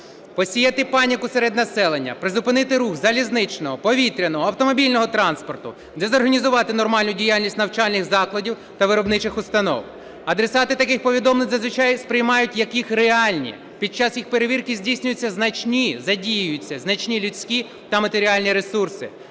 посіяти паніку серед населення, призупинити рух залізничного, повітряного, автомобільного транспорту, дезорганізувати нормальну діяльність навчальних закладів та виробничих установ. Адресати таких повідомлень зазвичай сприймають їх як реальні, під час їх перевірки здійснюються значні... задіюються значні людські а матеріальні ресурси,